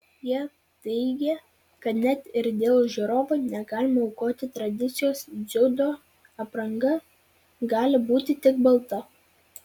jie teigia kad net ir dėl žiūrovų negalima aukoti tradicijos dziudo apranga gali būti tik balta